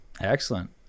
excellent